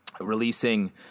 releasing